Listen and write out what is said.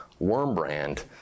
Wormbrand